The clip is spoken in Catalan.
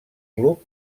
club